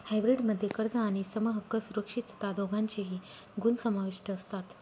hybrid मध्ये कर्ज आणि समहक्क सुरक्षितता दोघांचेही गुण समाविष्ट असतात